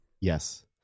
Yes